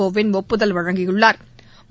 கோவிந்த் ஒப்புதல் அளித்துள்ளாா்